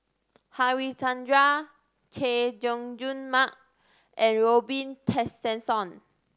Harichandra Chay Jung Jun Mark and Robin Tessensohn